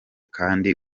kandi